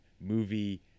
movie